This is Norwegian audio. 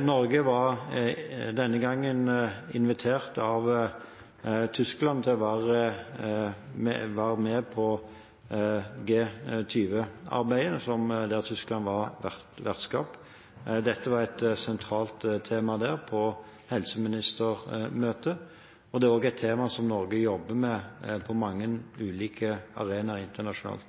Norge var denne gangen invitert av Tyskland til å være med på G20-arbeidet, der Tyskland var vertskap. Dette var et sentralt tema der på helseministermøtet, og det er også et tema som Norge jobber med på mange ulike arenaer internasjonalt.